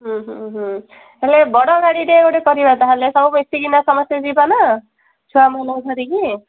ହୁଁ ହୁଁ ହୁଁ ହେଲେ ବଡ଼ ଗାଡ଼ିଟେ ଗୋଟେ କରିବା ତାହେଲେ ସବୁ ମିଶିକିନା ସମସ୍ତେ ଯିବାନା ଛୁଆମାନଙ୍କୁ ଧରିକି